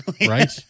right